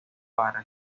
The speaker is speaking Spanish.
para